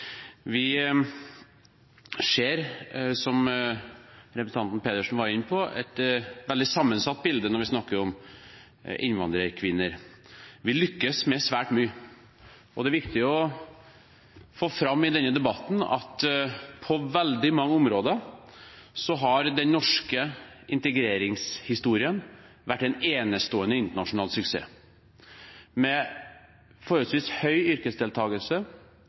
Vi ser, som representanten Pedersen var inne på, et veldig sammensatt bilde når vi snakker om innvandrerkvinner. Vi lykkes med svært mye, og det er viktig å få fram i denne debatten at på veldig mange områder har den norske integreringshistorien vært en enestående internasjonal suksess med forholdsvis høy yrkesdeltakelse,